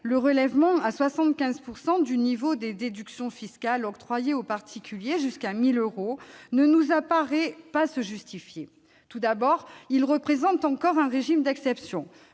le relèvement à 75 % du taux des déductions fiscales octroyées aux particuliers jusqu'à 1 000 euros ne nous paraît pas se justifier. Tout d'abord, ce taux représente encore un régime d'exception.